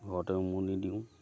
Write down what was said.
ঘৰতে উমনি দিওঁ